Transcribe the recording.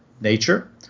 nature